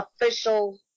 official